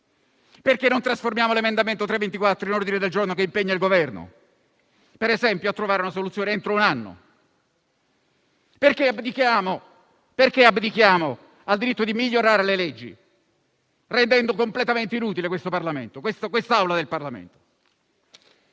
Perché non trasformiamo l'emendamento 3.24 in ordine del giorno che impegna il Governo a trovare, per esempio, una soluzione entro un anno? Perché abdichiamo al diritto di migliorare le leggi, rendendo completamente inutile quest'Aula del Parlamento?